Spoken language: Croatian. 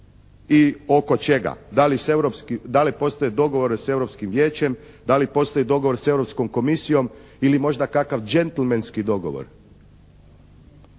i oko čega? Da li postoje dogovori s Europskom vijećem, da li postoji dogovor s Europskom komisijom ili možda kakav džentlmenski dogovor?